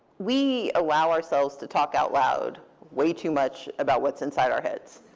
we allow ourselves to talk out loud way too much about what's inside our heads.